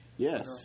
Yes